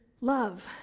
love